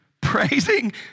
praising